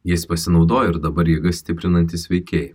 jais pasinaudojo ir dabar jėga stiprinanti sveikieji